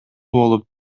болуп